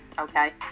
Okay